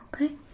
Okay